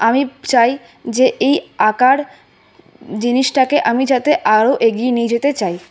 আমি চাই যে এই আঁকার জিনিসটাকে আমি যাতে আরো এগিয়ে নিয়ে যেতে চাই